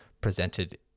presented